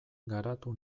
garatu